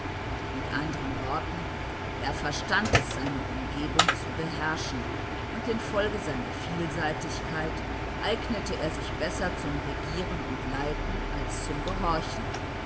mit andern worten er verstand es seine umgebung zu beherrschen und infolge seiner vielseitigkeit eignete er sich besser zum regieren und leiten als zum gehorchen